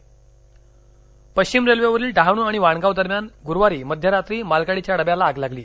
railway पश्चिम रेल्वेवरील डहाण् आणि वाणगाव दरम्यान गुरुवारी मध्यरात्री मालगाडीच्या डब्याला आग लागली